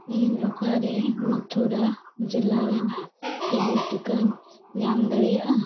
ᱤᱧ ᱚᱠᱟᱨᱮ ᱢᱚᱛᱷᱩᱨᱟ ᱡᱮᱞᱟ ᱨᱮᱱᱟᱜ ᱯᱷᱨᱤ ᱴᱤᱠᱟᱧ ᱧᱟᱢ ᱫᱟᱲᱮᱭᱟᱜᱼᱟ